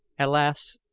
alas!